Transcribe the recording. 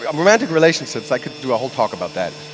ah um romantic relationships, i could do a whole talk about that.